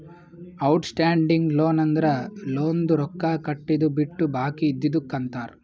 out standing loan ಅಂದುರ್ ಲೋನ್ದು ರೊಕ್ಕಾ ಕಟ್ಟಿದು ಬಿಟ್ಟು ಬಾಕಿ ಇದ್ದಿದುಕ್ ಅಂತಾರ್